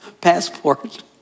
passport